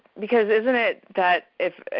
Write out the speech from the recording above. because isn't it that if